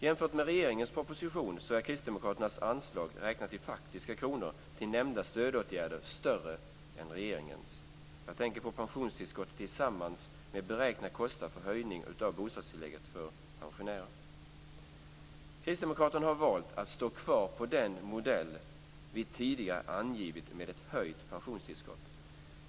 Jämfört med regeringens proposition är Kristdemokraternas anslag till nämnda stödåtgärder större än regeringens, räknat i faktiska kronor. Jag tänker på pensionstillskottet tillsammans med den beräknade kostnaden för en höjning av bostadstillägget till pensionärer. Kristdemokraterna har valt att stå kvar vid den modell med ett höjt pensionstillskott som vi tidigare har angivit.